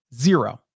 zero